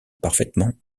parfaitement